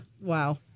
Wow